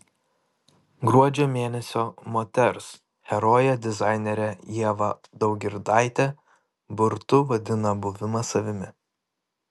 gruodžio mėnesio moters herojė dizainerė ieva daugirdaitė burtu vadina buvimą savimi